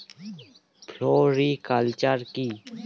Floriculture কি?